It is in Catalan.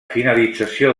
finalització